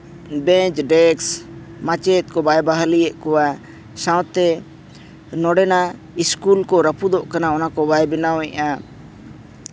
ᱵᱮᱧᱪᱚ desk ᱢᱟᱪᱮᱫ ᱠᱚ ᱵᱟᱭ ᱵᱟᱦᱟᱞᱤᱭᱮᱫ ᱠᱚᱣᱟ ᱥᱟᱶᱛᱮ ᱱᱚᱰᱮᱱᱟᱜ ᱥᱠᱩᱞ ᱠᱚ ᱨᱟᱹᱯᱩᱫᱚᱜ ᱠᱟᱱᱟ ᱚᱱᱟᱠᱚ ᱵᱟᱭ ᱵᱮᱱᱟᱣᱮᱫᱼᱟ